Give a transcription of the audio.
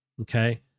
okay